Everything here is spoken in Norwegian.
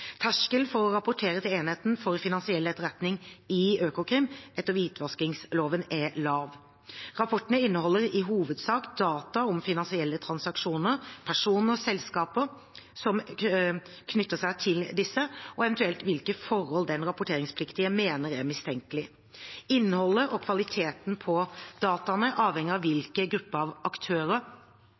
Terskelen for å rapportere til enheten for finansiell etterretning i Økokrim etter hvitvaskingsloven er lav. Rapportene inneholder i hovedsak data om finansielle transaksjoner, personer og selskaper som knytter seg til disse, og eventuelt hvilke forhold den rapporteringspliktige mener er mistenkelige. Innholdet og kvaliteten på dataene avhenger av hvilken gruppe av aktører